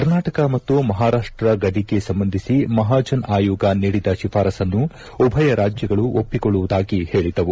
ಕರ್ನಾಟಕ ಮತ್ತು ಮಹಾರಾಷ್ಟ ಗಡಿಗೆ ಸಂಬಂಧಿಸಿ ಮಹಾಜನ್ ಆಯೋಗ ನೀಡಿದ ಶಿಫಾರಸ್ಸನ್ನು ಉಭಯ ರಾಜ್ಯಗಳು ಒಪ್ಪಿಕೊಳ್ಳುವುದಾಗಿ ಹೇಳಿದ್ದವು